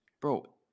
bro